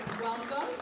Welcome